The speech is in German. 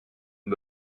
und